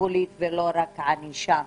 טיפולית ולא רק ענישה.